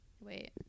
Wait